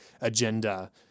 agenda